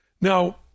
Now